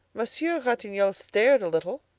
monsieur ratignolle stared a little,